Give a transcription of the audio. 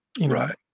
Right